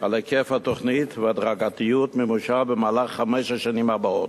על היקף התוכנית והדרגתיות מימושה במהלך חמש השנים הבאות.